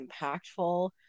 impactful